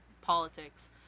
politics